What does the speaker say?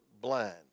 blind